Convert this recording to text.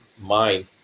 mind